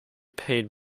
paid